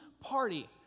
party